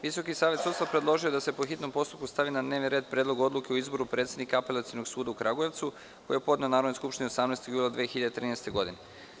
Visoki savet sudstva predložio je da se po hitnom postupku stavi na dnevni red Predlog odluke o izboru predsednika Apelacionog suda u Kragujevcu, koji je podneo Narodnoj skupštini 18. jula 2013. godine.